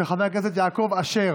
של חברת הכנסת אמילי מואטי.